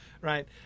right